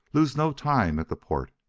lose no time at the port!